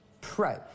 Pro